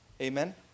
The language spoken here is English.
Amen